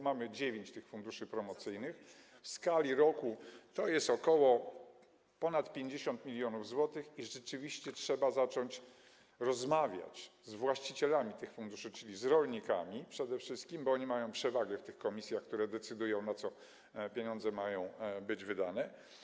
Mamy dziewięć tych funduszy promocyjnych, w skali roku to jest ponad 50 mln zł i rzeczywiście trzeba zacząć rozmawiać z właścicielami tych funduszy, czyli przede wszystkim z rolnikami, bo oni mają przewagę w tych komisjach, które decydują, na co pieniądze mają być wydane.